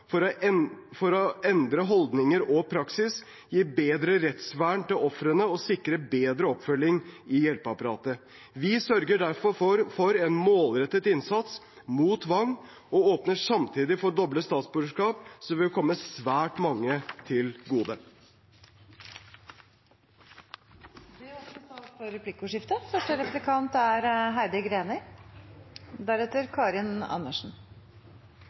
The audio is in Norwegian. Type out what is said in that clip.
for å endre holdninger og praksis, gi bedre rettsvern til ofrene og sikre bedre oppfølging i hjelpeapparatet. Vi sørger dermed for en målrettet innsats mot tvang og åpner samtidig for doble statsborgerskap, noe som vil komme svært mange til gode. Det blir replikkordskifte.